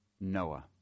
Noah